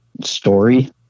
story